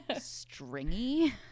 stringy